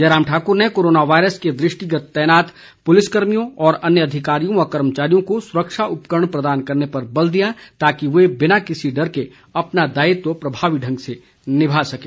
जयराम ठाकुर ने corona virus के दृष्टिगत तैनात पुलिस कर्मियों और अन्य अधिकारियों व कर्मचारियों को सुरक्षा उपकरण प्रदान करने पर बल दिया ताकि वे बिना किसी डर के अपना दायित्व प्रभावी ढंग से निभा सकें